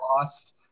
lost